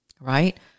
right